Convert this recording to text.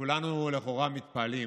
כולנו לכאורה מתפעלים,